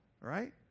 Right